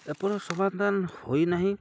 ଏ ପର୍ଯ୍ୟନ୍ତ ସମାଧାନ ହୋଇନାହିଁ